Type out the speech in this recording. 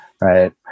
Right